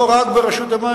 לא רק ברשות המים,